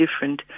different